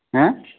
হ্যাঁ